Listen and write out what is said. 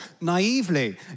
naively